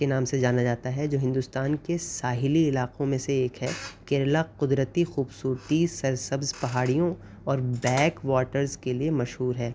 کے نام سے جانا جاتا ہے جو ہندوستان کے ساحلی علاقوں میں سے ایک ہے کیرلا قدرتی خوبصورتی سرسبز پہاڑیوں اور بیک واٹرز کے لیے مشہور ہے